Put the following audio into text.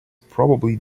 probably